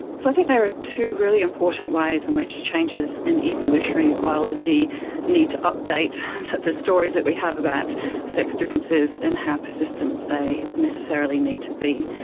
so i think there are two really important ways in which changes and evolutionary biology need to update the stories that we have about sex differences and how persistent they necessarily need to be.